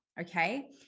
Okay